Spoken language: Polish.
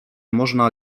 można